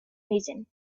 reason